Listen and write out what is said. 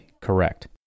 correct